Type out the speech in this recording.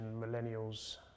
millennials